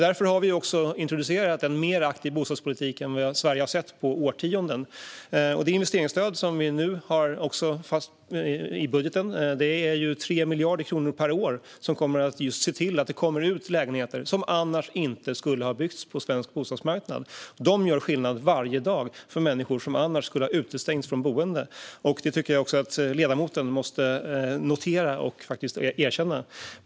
Därför har vi introducerat en mer aktiv bostadspolitik än Sverige har sett på årtionden. Det investeringsstöd som nu också finns i budgeten uppgår till 3 miljarder kronor per år, och det ska se till att lägenheter som annars inte skulle ha byggts på svensk bostadsmarknad kommer ut. Dessa gör varje dag skillnad för människor som annars skulle ha utestängts från boende. Detta tycker jag att ledamoten borde notera och erkänna.